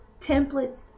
templates